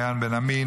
מעיין בן עמי,